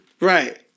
Right